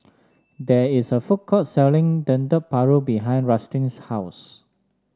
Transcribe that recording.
there is a food court selling Dendeng Paru behind Rustin's house